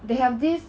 they have this